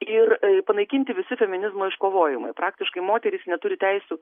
ir panaikinti visi feminizmo iškovojimai praktiškai moterys neturi teisių